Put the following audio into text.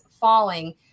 falling